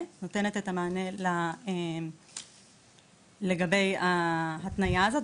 ונותנת את המענה לגבי ההתניה הזאת.